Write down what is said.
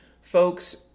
folks